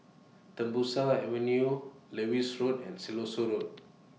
Tembusu Avenue Lewis Road and Siloso Road